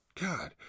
god